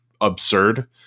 absurd